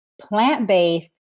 plant-based